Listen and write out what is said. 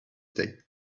day